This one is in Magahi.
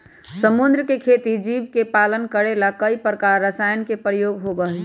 समुद्र के खेती जीव के पालन करे ला कई बार रसायन के प्रयोग होबा हई